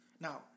Now